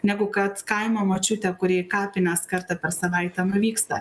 negu kad kaimo močiutė kuri į kapinės kartą per savaitę nuvyksta